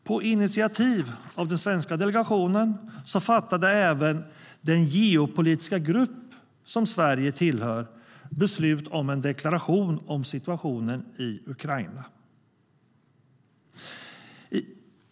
På initiativ av den svenska delegationen fattade även den geopolitiska grupp som Sverige tillhör beslut om en deklaration om situationen i Ukraina.